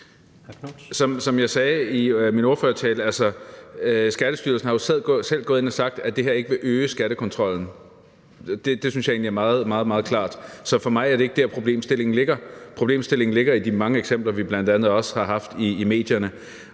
Som jeg sagde i min ordførertale, er Skattestyrelsen jo selv gået ind og har sagt, at det her ikke vil øge skattekontrollen. Det synes jeg egentlig er meget, meget klart. Så for mig er det ikke der, problemstillingen ligger. Problemstillingen ligger i de mange eksempler, som vi bl.a. også har haft i medierne.